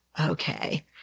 okay